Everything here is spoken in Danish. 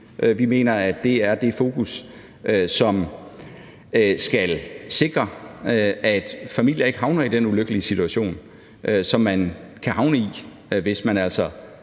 Vi mener, at det er det fokus, som skal sikre, at familier ikke havner i den ulykkelige situation, som man kan havne i, hvis man altså